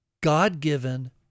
God-given